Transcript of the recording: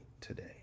today